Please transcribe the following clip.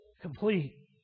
complete